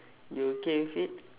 you okay with it